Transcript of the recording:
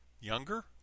Younger